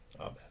Amen